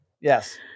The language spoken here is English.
Yes